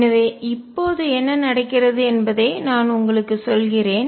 எனவே இப்போது என்ன நடக்கிறது என்பதை நான் உங்களுக்கு சொல்கிறேன்